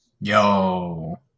Yo